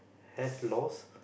have laws